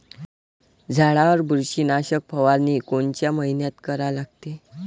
झाडावर बुरशीनाशक फवारनी कोनच्या मइन्यात करा लागते?